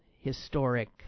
historic